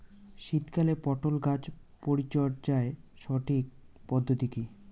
শীতকালে পটল গাছ পরিচর্যার সঠিক পদ্ধতি কী?